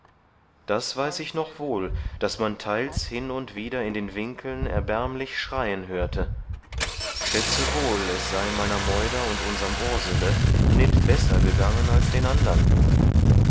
das weiß ich noch wohl daß man teils hin und wieder in den winkeln erbärmlich schreien hörte schätze wohl es sei meiner meuder und unserm ursele nit besser gangen als den andern